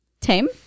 tame